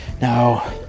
Now